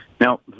Now